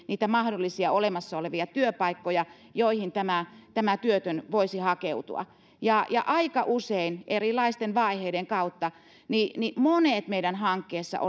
mahdollisia olemassa olevia työpaikkoja joihin tämä tämä työtön voisi hakeutua aika usein erilaisten vaiheiden kautta monet meidän hankkeessamme